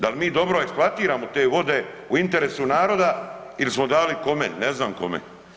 Dal mi dobro eksploatiramo te vode u interesu naroda ili smo dale, kome, ne znam kome?